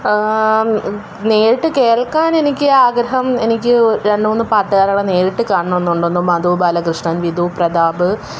നേരിട്ട് കേൾക്കാനെനിക്ക് ആഗ്രഹം എനിക്ക് രണ്ടുമൂന്ന് പാട്ടുകാരെ നേരിട്ട് കാണണമെന്നുണ്ട് ഒന്ന് മധു ബാലകൃഷ്ണൻ വിധു പ്രതാപ്